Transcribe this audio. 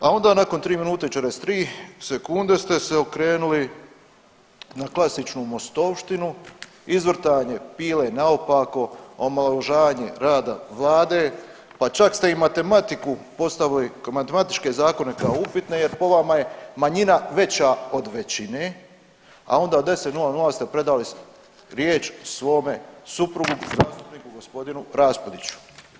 A onda nakon tri minute i 43 sekunde ste se okrenuli na klasičnu mostovštinu izvrtanje pile naopako, omalovažavanje rada vlade, pa čak ste i matematiku postavili matematičke zakone kao upitne jer po vama je manjina veća od većine, a onda u 10,00 ste predali riječ svome suprugu zastupniku g. Raspudiću.